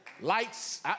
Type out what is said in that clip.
Lights